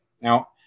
Now